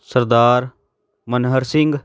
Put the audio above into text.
Sardar Manhar Singh